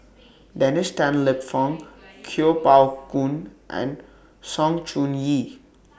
Dennis Tan Lip Fong Kuo Pao Kun and Sng Choon Yee